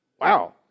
Wow